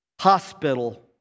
hospital